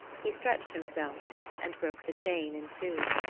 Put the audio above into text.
he stretched himself and broke the chain in two.